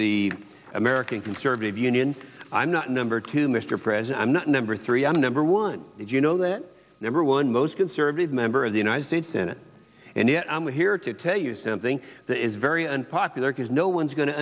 the american conservative union i'm not number two mr president i'm not number three i'm number one if you know that number one most conservative member of the united states senate and yet i'm here to tell you something that is very unpopular because no one's going to